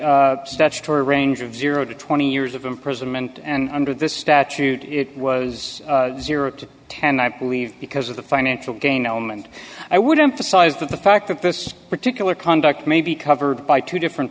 statutory range of zero to twenty years of imprisonment and under this statute it was zero to ten i believe because of the financial gain element i would emphasize that the fact that this particular conduct may be covered by two different